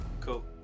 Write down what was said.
Cool